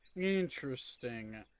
Interesting